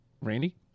Randy